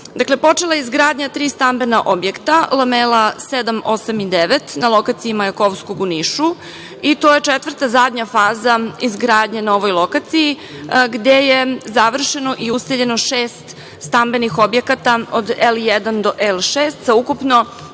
počela je izgradnja tri stambena objekta lamela 7, 8 i 9 na lokaciji Majakovskog u Nišu. To je četvrta, zadnja faza izgradnje na ovoj lokaciji gde je završeno i useljeno šest stambenih objekata od L1 do L6 sa ukupno